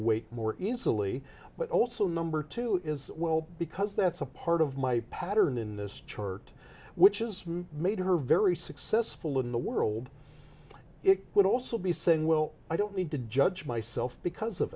weight more easily lee but also number two is well because that's a part of my pattern in this chart which has made her very successful in the world it would also be saying well i don't need to judge myself because of